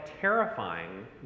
terrifying